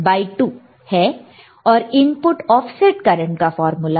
2 है और input offset current का फार्मूला